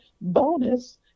bonus